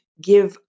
give